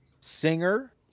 singer